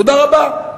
"תודה רבה".